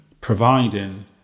providing